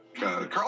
Carl